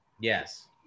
Yes